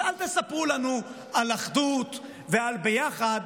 אז אל תספרו לנו על אחדות ועל ביחד,